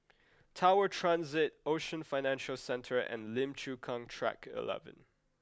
tower transit Ocean Financial Centre and Lim Chu Kang track eleven